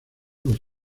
los